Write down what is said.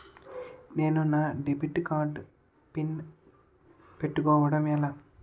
నేను నా debit card pin పెట్టుకోవడం ఎలా?